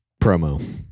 promo